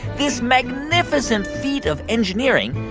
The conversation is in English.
this magnificent feat of engineering,